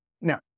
Now